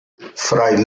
fray